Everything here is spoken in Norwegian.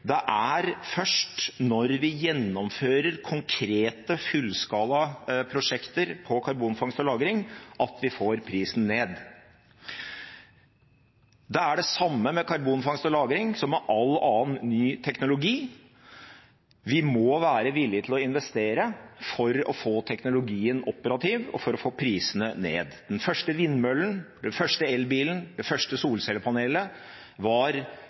Det er først når vi gjennomfører konkrete fullskala prosjekter på karbonfangst og -lagring, at vi får prisen ned. Det er det samme med karbonfangst og -lagring som med all annen ny teknologi: Vi må være villige til å investere for å få teknologien operativ og for å få prisene ned. Den første vindmøllen, den første elbilen, det første solcellepanelet var